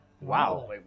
wow